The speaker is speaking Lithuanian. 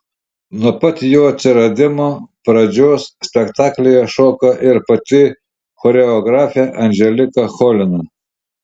nuo pat jo atsiradimo pradžios spektaklyje šoka ir pati choreografė anželika cholina